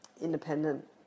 independent